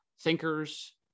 thinkers